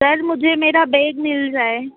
sir मुझे मेरा bag मिल जाए